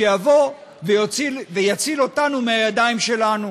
שיבוא ויציל אותנו מהידיים שלנו.